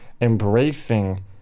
embracing